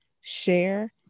share